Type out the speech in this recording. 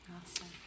Awesome